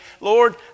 Lord